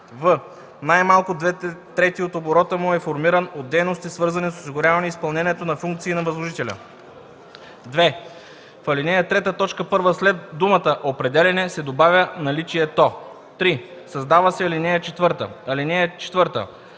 в) най-малко две трети от оборота му е формиран от дейности, свързани с осигуряване изпълнението на функции на възложителя.” 2. В ал. 3, т. 1 след думата „определяне“ се добавя „наличието”. 3. Създава се ал. 4: „(4)